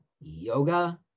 yoga